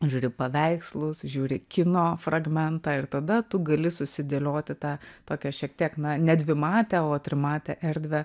žiūri paveikslus žiūri kino fragmentą ir tada tu gali susidėlioti tą tokią šiek tiek na ne dvimatę o trimatę erdvę